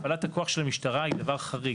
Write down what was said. הפעלת הכוח של המדינה היא דבר חריג.